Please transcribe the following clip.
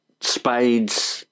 Spades